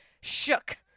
shook